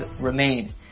remain